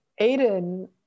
Aiden